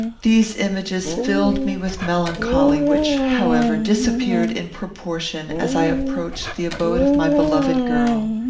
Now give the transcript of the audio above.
these images filled me with melancholy, which, however, disappeared in proportion as i approached the abode of my beloved girl.